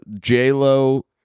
J-Lo